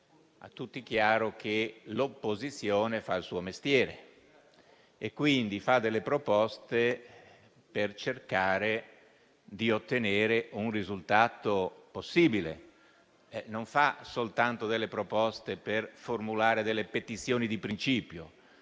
a tutti chiaro che l'opposizione fa il suo mestiere, quindi fa proposte per cercare di ottenere un risultato possibile, non soltanto per formulare petizioni di principio.